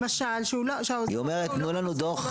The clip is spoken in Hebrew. למשל שעוזר הרפואה לא יכול לעשות פעולות